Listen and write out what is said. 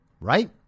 Right